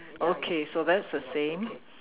okay so that's the same